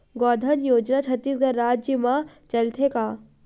गौधन योजना छत्तीसगढ़ राज्य मा चलथे का?